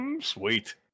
Sweet